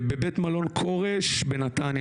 בבית מלון כורש בנתניה.